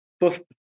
first